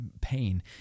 pain